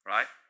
Right